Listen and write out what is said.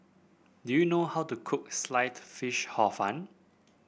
do you know how to cook Sliced Fish Hor Fun